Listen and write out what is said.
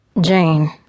Jane